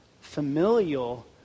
familial